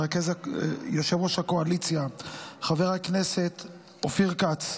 יושב-ראש הקואליציה חבר הכנסת אופיר כץ,